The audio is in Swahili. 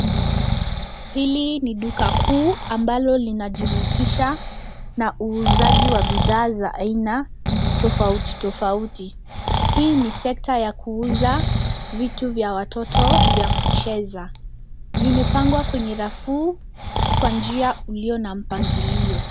Hili ni duka kuu ambalo linajihusisha na uuzaji wa bidhaa za aina, tofauti tofauti. Hii ni sekta ya kuuza, vitu vya watoto vya kucheza. Vimepangwa kwenye rafu, kwa njia ulio na mpangilio.